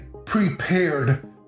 prepared